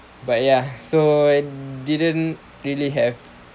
but ya so I didn't really have